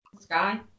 Sky